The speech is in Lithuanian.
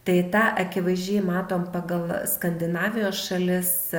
tai tą akivaizdžiai matom pagal skandinavijos šalis